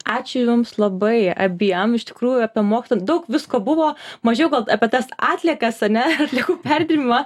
ačiū jums labai abiem iš tikrųjų apie mokslą daug visko buvo mažiau gal apie tas atliekas ane atliekų perdirbimą